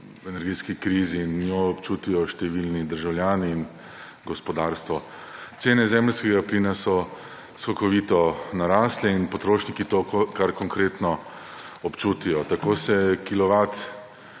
v energetski krizi in njo občutijo številni državljani in gospodarstvo. Cene zemeljskega plina so skokovito narasle in potrošniki to kar konkretno občutijo. Tako se je kilovat